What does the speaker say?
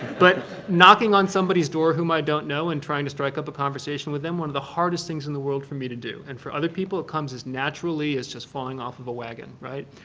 but knocking on somebody's door whom i don't know and trying to strike up a conversation with them, one of the hardest things in the world for me to do. and for other people, it comes as naturally as just falling off of a wagon, right.